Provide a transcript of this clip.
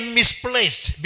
misplaced